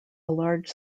large